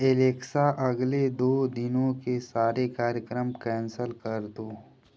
Alexa अगले दो दिनों के सारे कार्यक्रम कैंसल कर दो